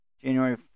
January